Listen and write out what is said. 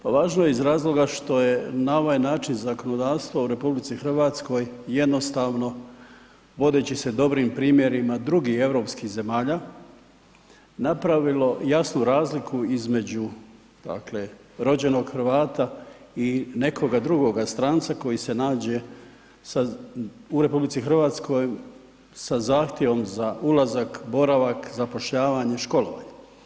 Pa važno je iz razloga što je na ovaj način zakonodavstvo u RH jednostavno vodeći se dobrim primjerima drugih europskih zemalja napravilo jasnu razliku između dakle rođenog Hrvata i nekoga drugoga stranca koji se nađe sa, u RH sa zahtjevom za ulazak, boravak, zapošljavanje, školovanje.